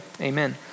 amen